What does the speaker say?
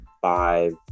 five